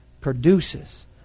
produces